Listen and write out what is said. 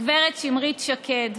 הגב' שמרית שקד.